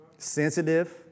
Sensitive